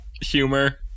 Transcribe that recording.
humor